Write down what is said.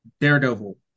Daredevil